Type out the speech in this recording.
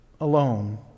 alone